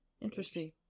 Interesting